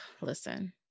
listen